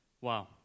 Wow